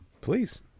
Please